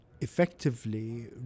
effectively